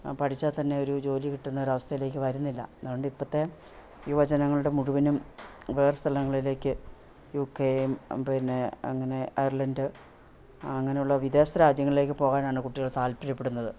പഠിച്ചാൽ തന്നെ ഒരു ജോലി കിട്ടുന്ന ഒരു അവസ്ഥയിലേക്ക് വരുന്നില്ല അതുകൊണ്ട് ഇപ്പോഴത്തെ യുവജനങ്ങൾ മുഴുവനും വേറെ സ്ഥലങ്ങളിലേക്ക് യുകെയും പിന്നെ അങ്ങനെ അയർലൻഡ് അങ്ങനെയുള്ള വിദേശ രാജ്യങ്ങളിലേക്ക് പോകാനാണ് കുട്ടികൾ താല്പര്യപ്പെടുന്നത്